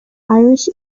irish